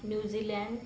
New Zealand